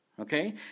Okay